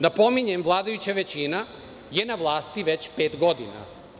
Napominjem, vladajuća većina je na vlasti već pet godina.